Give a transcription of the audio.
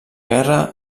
guerra